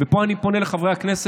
ופה אני פונה לחברי הכנסת,